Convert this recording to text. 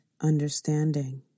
understanding